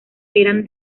eran